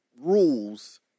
rules